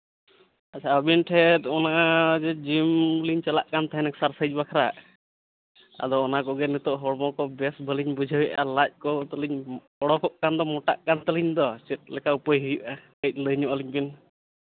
ᱟᱪᱪᱷᱟ ᱟᱹᱵᱤᱱ ᱴᱷᱮᱱ ᱚᱱᱟ ᱡᱤᱢ ᱞᱤᱧ ᱪᱟᱞᱟᱜ ᱠᱟᱱ ᱛᱟᱦᱮᱱ ᱮᱠᱥᱟᱨᱥᱟᱭᱤᱡᱽ ᱵᱟᱠᱷᱨᱟ ᱟᱫᱚ ᱚᱱᱟ ᱠᱚᱜᱮ ᱱᱤᱛᱚᱜ ᱦᱚᱲᱢᱚ ᱠᱚ ᱵᱮᱹᱥ ᱵᱟᱹᱞᱤᱧ ᱵᱩᱡᱷᱟᱹᱣᱮᱫᱼᱟ ᱞᱟᱡ ᱠᱚ ᱛᱟᱹᱞᱤᱧ ᱚᱰᱳᱠ ᱠᱟᱱ ᱫᱚ ᱢᱚᱴᱟᱜ ᱠᱟᱱ ᱛᱟᱹᱞᱤᱧ ᱫᱚ ᱪᱮᱫ ᱞᱮᱠᱟ ᱩᱯᱟᱹᱭ ᱦᱩᱭᱩᱜᱼᱟ ᱠᱟᱹᱡ ᱞᱟᱹᱭ ᱧᱚᱜ ᱟᱹᱞᱤᱧ ᱵᱤᱱ